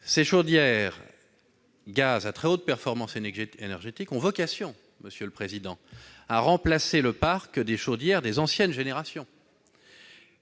Ces chaudières à gaz à très haute performance énergétique ont vocation, monsieur le président, à remplacer le parc des chaudières des anciennes générations,